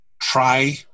try